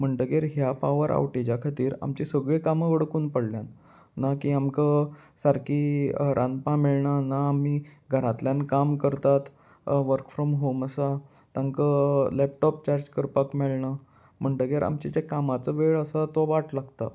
म्हणटगीर ह्या पावर आवटेजा खातीर आमचीं सगळीं कामां अडकून पडल्यान ना की आमकां सारकी रांदपा मेळना ना आमी घरांतल्यान काम करतात वर्क फ्रोम होम आसा तांकां लॅपटॉप चार्ज करपाक मेळना म्हणटगीर आमचे जे कामाचो वेळ आसा तो वाट लागता